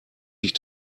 sich